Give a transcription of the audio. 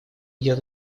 идет